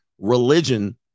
Religion